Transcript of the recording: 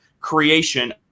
creation